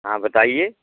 हाँ बताइए